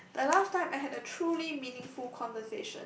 the last time I had a truly meaningful conversation